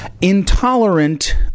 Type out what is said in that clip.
intolerant